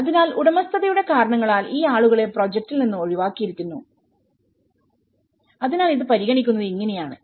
അതിനാൽ ഉടമസ്ഥതയുടെ കാരണങ്ങളാൽ ഈ ആളുകളെ പ്രോജക്റ്റിൽ നിന്ന് ഒഴിവാക്കിയിരിക്കുന്നു അതിനാൽ ഇത് പരിഗണിക്കുന്നത് ഇങ്ങനെയാണ്